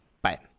Bye